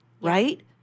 Right